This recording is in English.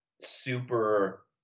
super